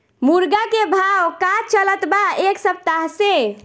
मुर्गा के भाव का चलत बा एक सप्ताह से?